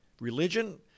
religion